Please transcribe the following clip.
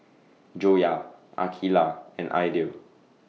Joyah Aqeelah and Aidil